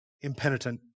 impenitent